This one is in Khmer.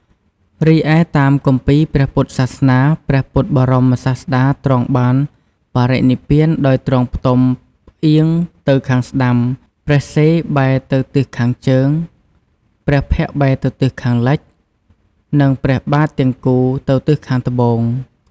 រីឯតាមគម្ពីរព្រះពុទ្ធសាសនា ព្រះពុទ្ធបរមសាស្តាទ្រង់បានបរិនិព្វានដោយទ្រង់ផ្ទុំផ្អៀងទៅខាងស្តាំ ព្រះសិរ្សបែរទៅទិសខាងជើង ព្រះភ័ក្ត្របែរទៅទិសខាងលិច និងព្រះបាទទាំងគូទៅទិសខាងត្បូង។